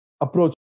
approach